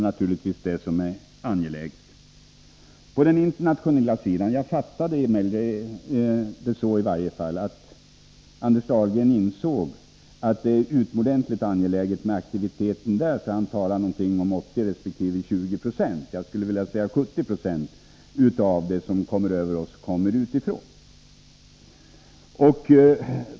93 Jag uppfattade Anders Dahlgren så att han insåg att det är utomordentligt angeläget med aktivitet på den internationella sidan. Han nämnde 80 resp. 20 96, men jag skulle vilja säga att 70 20 av det nedfall som kommer över oss kommer utifrån.